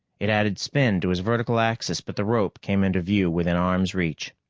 it added spin to his vertical axis, but the rope came into view within arm's reach.